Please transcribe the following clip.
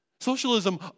Socialism